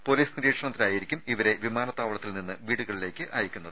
police നിരീക്ഷണത്തിൽ ആയിരിക്കും ഇവരെ വിമാനത്താവളത്തിൽ നിന്ന് വീടുകളിലേക്ക് അയക്കുന്നത്